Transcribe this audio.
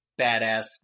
badass